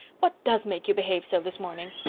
what does make you behave so this morning?